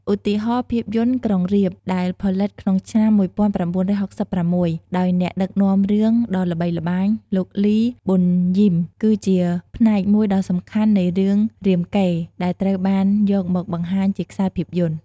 ឧទាហរណ៍ ភាពយន្ត "ក្រុងរាពណ៍" ដែលផលិតក្នុងឆ្នាំ ១៩៦៦ ដោយអ្នកដឹកនាំរឿងដ៏ល្បីល្បាញ លោក លី ប៊ុនយីម គឺជាផ្នែកមួយដ៏សំខាន់នៃរឿងរាមកេរ្តិ៍ដែលត្រូវបានយកមកបង្ហាញជាខ្សែភាពយន្ត។